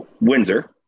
Windsor